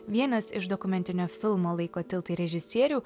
vienas iš dokumentinio filmo laiko tiltai režisierių